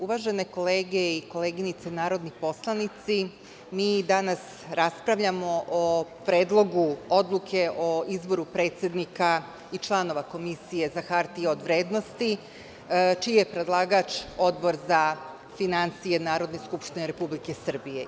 Uvažene kolege i koleginice narodni poslanici, mi i danas raspravljamo o predlogu odluke o izboru predsednika i članova Komisije za hartije od vrednosti, čiji je predlagač Odbor za finansije Narodne skupštine Republike Srbije.